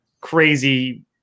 crazy